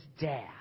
dad